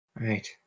Right